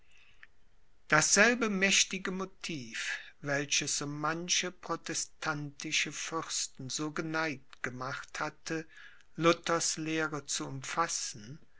dasselbe mächtige motiv welches so manche protestantische fürsten so geneigt gemacht hatte luthers lehre zu umfassen